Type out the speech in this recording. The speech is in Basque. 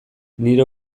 nire